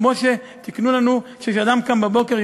כמו שתיקנו לנו שכשאדם קם בבוקר,